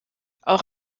auch